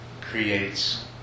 creates